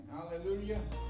Hallelujah